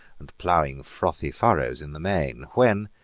and plowing frothy furrows in the main when,